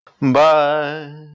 Bye